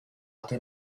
altra